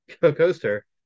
coaster